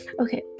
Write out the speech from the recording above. Okay